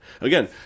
Again